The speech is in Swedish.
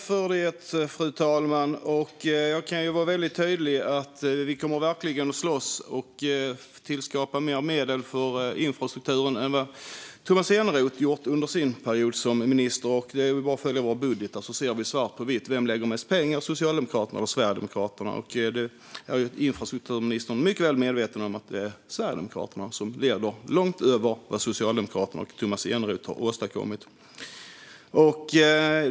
Fru talman! Jag kan vara väldigt tydlig. Vi kommer verkligen att slåss för att tillskapa mer medel för infrastrukturen än vad Tomas Eneroth gjort under sin period som minister. Det är bara att titta i våra budgetar så ser man svart på vitt vem som lägger mest pengar, Socialdemokraterna eller Sverigedemokraterna. Infrastrukturministern är mycket väl medveten om att Sverigedemokraterna lägger långt över det som Socialdemokraterna och Tomas Eneroth har åstadkommit. Fru talman!